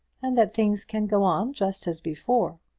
and that things can go on just as before.